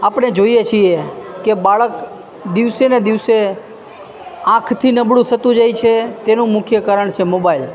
આપણે જોઈએ છીએ કે બાળક દિવસે ને દિવસે આંખથી નબળું થતું જાય છે તેનું મુખ્ય કારણ છે મોબાઈલ